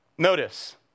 Notice